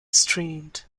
streamed